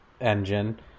engine